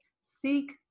Seek